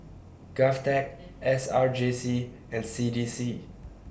Govtech S R J C and C D C